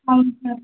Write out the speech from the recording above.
అవును సార్